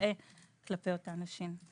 כלפי אותן נשים.